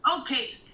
Okay